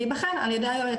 זה ייבחן על ידי היועץ.